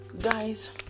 guys